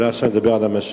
אולי עכשיו נדבר על המשיח.